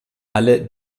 alle